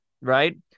right